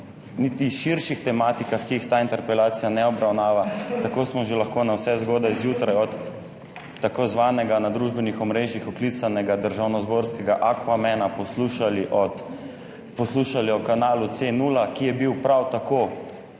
niti širših tematikah, ki jih ta interpelacija ne obravnava. Tako smo že lahko navsezgodaj zjutraj od tako imenovanega, na družbenih omrežjih oklicanega državnozborskega Aquamana poslušali o kanalu C0, ki je bil prav tako